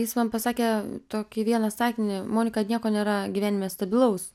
jis man pasakė tokį vieną sakinį monika nieko nėra gyvenime stabilaus